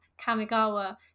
Kamigawa